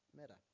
matter